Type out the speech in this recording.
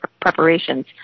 preparations